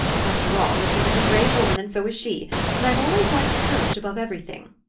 after all, regina's a brave woman, and so is she and i've always liked courage above everything.